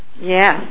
Yes